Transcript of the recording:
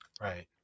Right